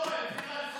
שבתאי צבי.